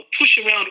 push-around